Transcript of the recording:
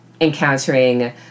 encountering